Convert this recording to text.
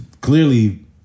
clearly